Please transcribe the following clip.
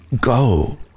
Go